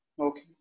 Okay